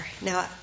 Now